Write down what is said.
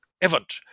event